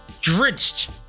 drenched